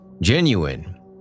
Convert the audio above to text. Genuine